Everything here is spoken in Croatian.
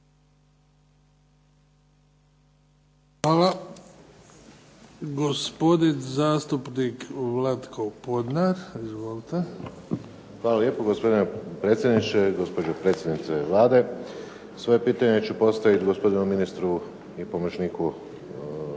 (HDZ)** Hvala. Gospodin zastupnik Vlatko Podnar, izvolite. **Podnar, Vlatko (SDP)** Hvala lijepo gospodine predsjedniče, gospođo predsjednice Vlade. Svoje pitanje ću postaviti gospodinu ministru i pomoćniku